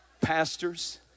pastors